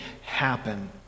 happen